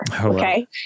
Okay